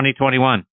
2021